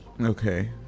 Okay